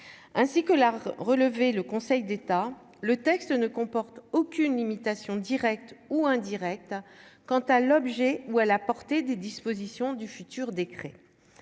ainsi que la relever le Conseil d'État, le texte ne comporte aucune limitation directe ou indirecte, quant à l'objet ou à la portée des dispositions du futur décret